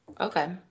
Okay